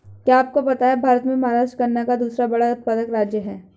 क्या आपको पता है भारत में महाराष्ट्र गन्ना का दूसरा बड़ा उत्पादक राज्य है?